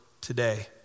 today